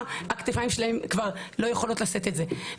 הכתפיים שלהם כבר לא יכולות לשאת את זה.